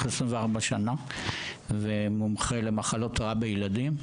24 שנים ומומחה למחלות --- בילדים.